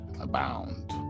abound